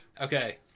Okay